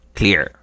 clear